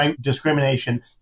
discrimination